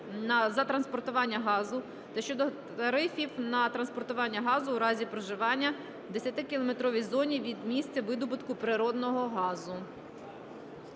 за транспортування газу та щодо тарифів на транспортування газу у разі проживання в 10-кілометровій зоні від місця видобутку природного газу.